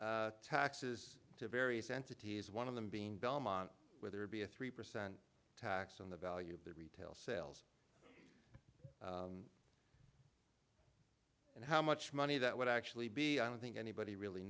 taxes to various entities one of them being belmont whether it be a three percent tax on the value of the retail sales and how much money that would actually be i don't think anybody really